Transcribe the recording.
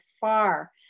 far